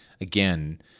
again